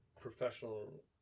professional